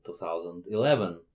2011